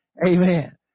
Amen